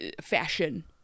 fashion